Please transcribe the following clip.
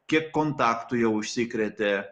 kiek kontaktų jau užsikrėtė